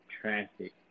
traffic